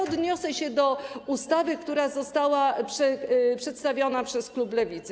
Odniosę się do ustawy, która została przedstawiona przez klub Lewicy.